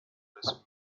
those